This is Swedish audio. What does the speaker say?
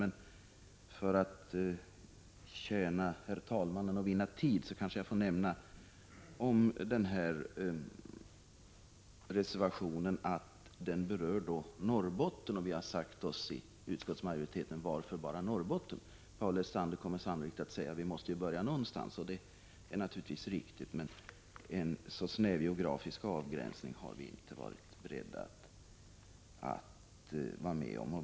Men för att vinna tid, herr talman, får jag kanske nämna beträffande denna reservation att den berör Norrbotten. Vi har i utskottsmajoriteten ställt frågan: Varför bara Norrbotten? Paul Lestander kommer sannolikt att säga, att vi måste börja någonstans. Det är naturligtvis riktigt, men vi har inte varit beredda att vara med om en så snäv geografisk avgränsning.